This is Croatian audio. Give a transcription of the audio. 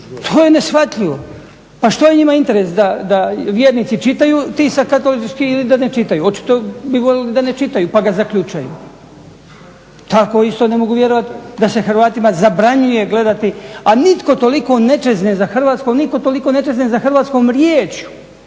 To je neshvatljivo. Pa što je njima interes, da vjernici čitaju tisak katolički ili da ne čitaju. Očito bi volili da ne čitaju pa ga zaključaju. Tako isto ne mogu vjerovati da se Hrvatima zabranjuje gledati, a nitko toliko ne čezne za Hrvatskom, nitko toliko ne čezne za hrvatskom rječju,